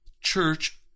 church